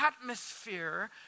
atmosphere